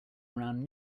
around